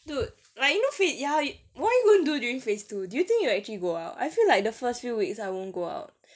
dude like you know fit~ ya what are you gonna do during phase two do you think you are actually go out I feel like the first few weeks I won't go out